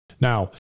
Now